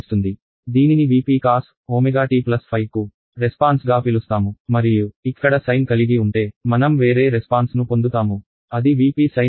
దీనిని V p cos ω t కు response గా పిలుస్తాము మరియు ఇక్కడ sine కలిగి ఉంటే మనం వేరే రెస్పాన్స్ ను పొందుతాము అది V p sin ω t అవుతుంది